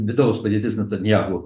vidaus padėtis natanjahu